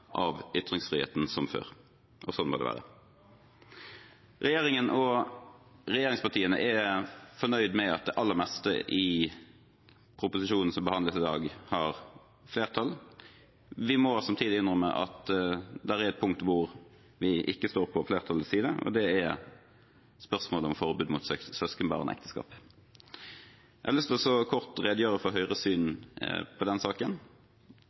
av ytringsfriheten som før, og sånn må det være. Regjeringen og regjeringspartiene er fornøyd med at det aller meste i proposisjonen som behandles i dag, har flertall. Vi må samtidig innrømme at det er et punkt der vi ikke står på flertallets side, og det er i spørsmålet om forbud mot søskenbarnekteskap. Jeg har lyst til kort å redegjøre for Høyres syn på den saken.